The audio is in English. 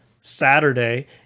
Saturday